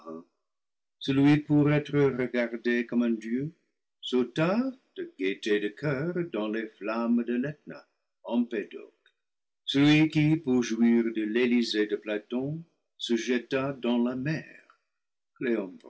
pour être regardé comme un dieu sauta de gaieté de coeur dans les flammes de l'etna empédocles celui qui pour jouir de l'elysée de platon se jeta dans la mer